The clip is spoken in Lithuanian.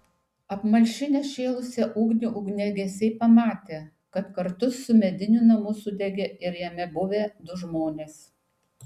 apmalšinę šėlusią ugnį ugniagesiai pamatė kad kartu su mediniu namu sudegė ir jame buvę du žmonės